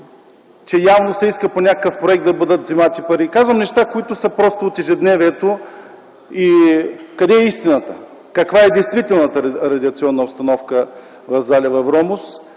че явно се иска по някакъв проект да бъдат взети пари. Казвам неща, които са от ежедневието. Къде е истината? Каква е действителната радиационна обстановка в залива Вромос?